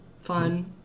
Fun